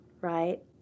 right